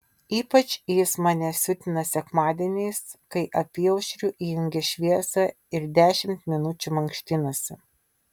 ypač jis mane siutina sekmadieniais kai apyaušriu įjungia šviesą ir dešimt minučių mankštinasi